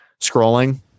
scrolling